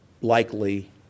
likely